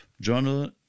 journal